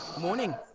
morning